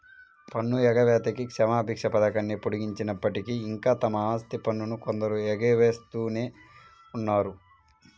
పన్ను ఎగవేతకి క్షమాభిక్ష పథకాన్ని పొడిగించినప్పటికీ, ఇంకా తమ ఆస్తి పన్నును కొందరు ఎగవేస్తూనే ఉన్నారు